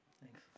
Thanks